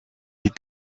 est